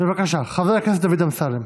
בבקשה, חבר הכנסת דוד אמסלם.